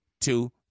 two